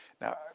Now